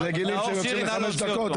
הם רגילים שיוצאים לחמש דקות,